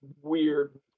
weird